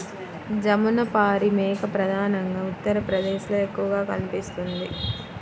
జమునపారి మేక ప్రధానంగా ఉత్తరప్రదేశ్లో ఎక్కువగా కనిపిస్తుంది